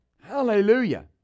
Hallelujah